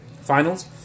finals